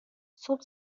صبح